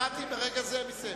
ההסתייגות,